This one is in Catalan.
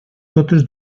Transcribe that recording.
totes